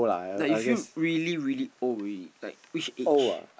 like you feel really really old already like which age